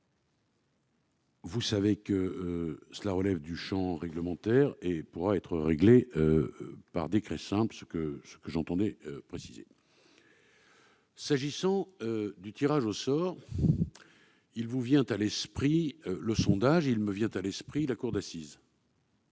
associées relève du champ réglementaire et pourra être réglée par décret simple. Tout à fait ! S'agissant du tirage au sort, il vous vient à l'esprit le sondage, il me vient à l'esprit la cour d'assises,